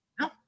no